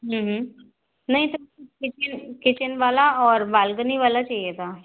नहीं sir kitchen kitchen वाला और बालकनी वाला चाहिए था